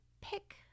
pick